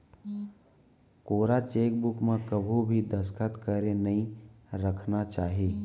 कोरा चेकबूक म कभू भी दस्खत करके नइ राखना चाही